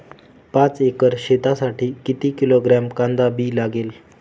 पाच एकर शेतासाठी किती किलोग्रॅम कांदा बी लागेल?